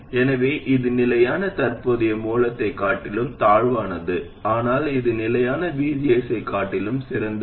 எனவே இது நிலையான தற்போதைய மூலத்தைக் காட்டிலும் தாழ்வானது ஆனால் இது நிலையான VGS ஐக் காட்டிலும் சிறந்தது